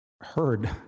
heard